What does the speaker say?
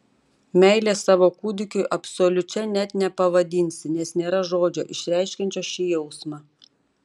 meilės savo kūdikiui absoliučia net nepavadinsi nes nėra žodžio išreiškiančio šį jausmą